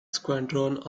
squadrons